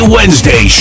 Wednesday